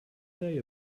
day